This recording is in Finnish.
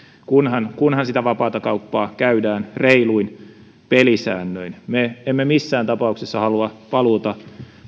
kunhan kunhan sitä vapaata kauppaa käydään reiluin pelisäännöin me emme missään tapauksessa halua paluuta